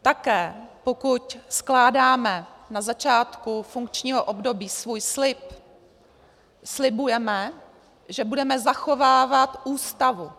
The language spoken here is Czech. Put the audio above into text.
Také pokud skládáme na začátku funkčního období svůj slib, slibujeme, že budeme zachovávat Ústavu.